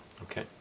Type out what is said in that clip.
Okay